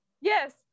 Yes